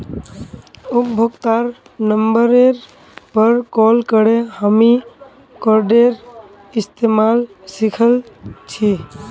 उपभोक्तार नंबरेर पर कॉल करे हामी कार्डेर इस्तमाल सिखल छि